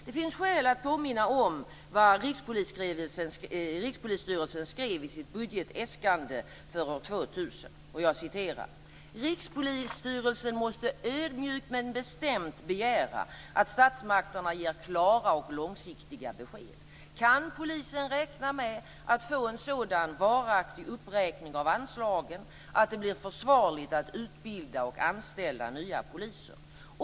Det finns skäl att påminna om vad Rikspolisstyrelsen skrev i sitt budgetäskande för år 2000: "Rikspolisstyrelsen måste ödmjukt men bestämt begära att statsmakterna ger klara och långsiktiga besked. Kan polisen räkna med att få en sådan varaktig uppräkning av anslagen att det blir försvarligt att utbilda och anställa nya poliser?